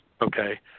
okay